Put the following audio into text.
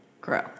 grow